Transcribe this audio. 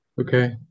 Okay